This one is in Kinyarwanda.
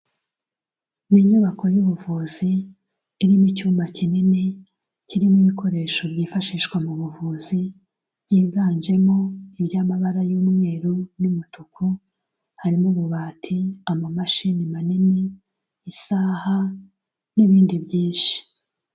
Ni inyubako y'ubuvuzi irimo icyumba kinini kirimo ibikoresho byifashishwa mu buvuzi byiganjemo iby'amabara y'umweru n'umutuku, harimo ububati, amamashini manini, isaha n'ibindi byinshi.